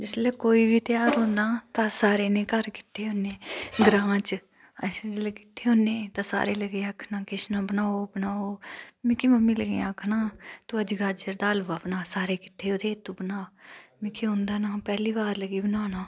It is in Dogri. जिसलै कोई बी तेहार औंदा तां अस सारे जनें घर इक्कठे होन्ने ग्रांऽ च अस जिसलै इक्कठे होन्ने सारे लग्गे आखना बनाओ बनाओ मिगी लग्गी मम्मी आखनां तूं अज्ज गाजर दा हलवा बना सारे इक्कठे होए दे तूं बना मिगी ओंदा गै नेईं हा में पैह्ली बार लग्गी बनाना